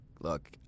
look